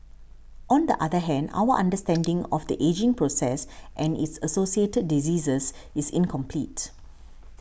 on the other hand our understanding of the ageing process and its associated diseases is incomplete